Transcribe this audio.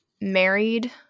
married